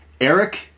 Eric